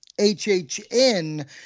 HHN